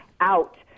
out